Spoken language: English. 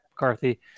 McCarthy